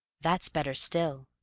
that's better still.